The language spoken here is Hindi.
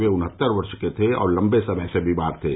वह उन्हत्तर वर्ष के थे और लम्बे समय से बीमार थे